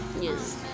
Yes